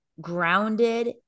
grounded